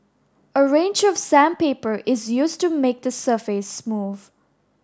a range of sandpaper is used to make the surface smooth